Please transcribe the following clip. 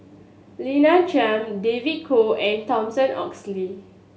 Lina Chiam David Kwo and Thomas Oxley